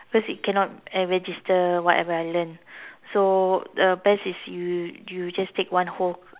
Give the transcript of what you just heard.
cause it cannot register whatever I learn so uh best is you you just take one whole